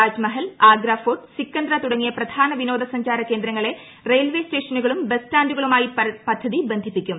Taj Mahal Agra fort Sikandra തുടങ്ങിയ പ്രധാന വിനോദ സഞ്ചാരകേന്ദ്രങ്ങളെ റെയിൽവേ സ്റ്റേഷനുകളും ബസ് സ്റ്റാൻഡുകളു മായി പദ്ധതി ബന്ധിപ്പിക്കും